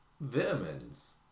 Vitamins